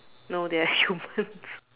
no they are humans